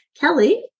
Kelly